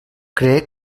cree